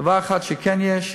דבר אחד שכן יש,